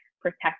protect